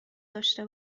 داشته